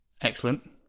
Excellent